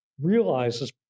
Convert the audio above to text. realizes